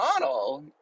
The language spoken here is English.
model